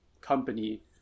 company